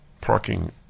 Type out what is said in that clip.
parking